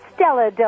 Stella